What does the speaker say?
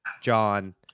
John